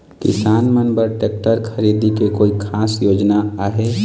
किसान मन बर ट्रैक्टर खरीदे के कोई खास योजना आहे?